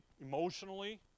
emotionally